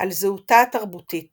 על זהותה התרבותית